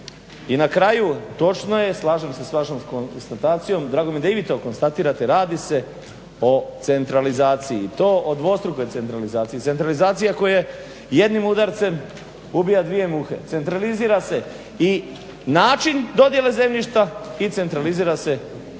I na kraju, točno je, slažem se sa vašom konstatacijom. Drago mi je da i vi to konstatirate, radi se o centralizaciji i to o dvostrukoj centralizaciji, centralizacija koja je jednim udarcem ubija dvije muhe. Centralizira se i način dodjele zemljišta i centraliziraju se i